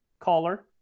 caller